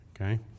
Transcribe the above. okay